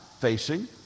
facing